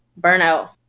burnout